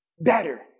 better